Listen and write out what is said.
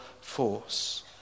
force